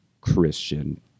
Christian